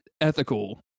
ethical